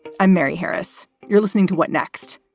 i'm mary harris. you're listening to what next?